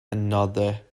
another